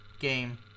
game